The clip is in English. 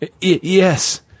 Yes